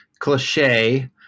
Cliche